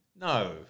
No